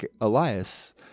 Elias